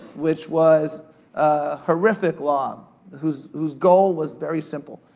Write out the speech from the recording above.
which was a horrific law um who's who's goal was very simple,